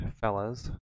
fellas